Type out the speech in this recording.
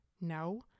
No